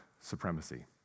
supremacy